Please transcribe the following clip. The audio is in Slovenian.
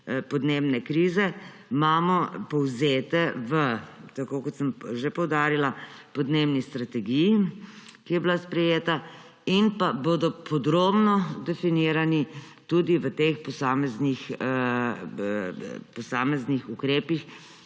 podnebne krize, imamo povzete, tako kot sem že poudarila, v podnebni strategiji, ki je bila sprejeta. Bodo pa podrobno definirani tudi v teh posameznih ukrepih,